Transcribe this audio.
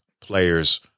players